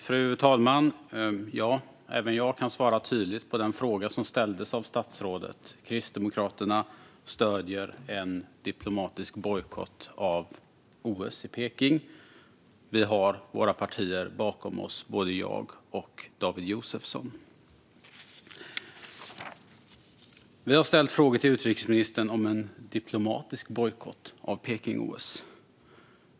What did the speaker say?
Fru talman! Även jag kan svara tydligt på den fråga som ställdes av statsrådet. Kristdemokraterna stöder en diplomatisk bojkott av OS i Peking. Vi har våra partier bakom oss, både jag och David Josefsson. Vi har ställt frågor till utrikesministern om en diplomatisk bojkott av Peking-OS.